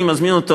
אני מזמין אותו